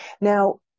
Now